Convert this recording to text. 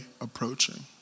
approaching